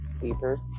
deeper